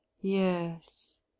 Yes